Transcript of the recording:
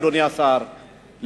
אדוני השר,